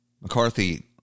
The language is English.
McCarthy